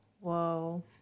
Whoa